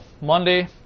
Monday